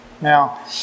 Now